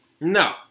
No